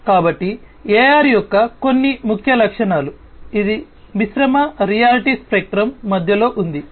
కాబట్టి AR యొక్క కొన్ని ముఖ్య లక్షణాలు ఇది మిశ్రమ రియాలిటీ స్పెక్ట్రం మధ్యలో ఉంది